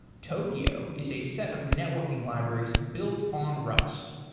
tokio is a set of networking libraries built on rust.